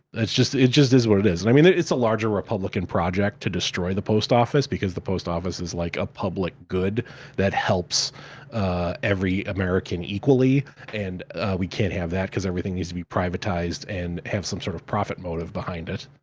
it just is what it is. and, i mean, it's a larger republican project to destroy the post office, because the post office is, like, a public good that helps every american equally and we can't have that, cause everything needs to be privatized and have some sort of profit motive behind it.